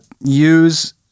use